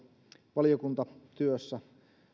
valiokuntatyössä